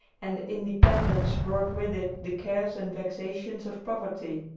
and independence brought with it the cares and vexations of poverty.